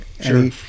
Sure